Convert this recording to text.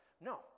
No